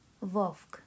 Wolf